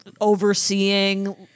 overseeing